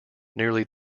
nearly